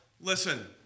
listen